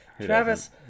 Travis